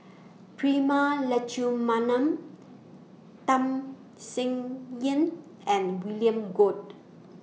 Prema Letchumanan Tham Sien Yen and William Goode